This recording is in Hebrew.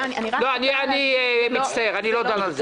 אני מצטער, אני לא דן על זה.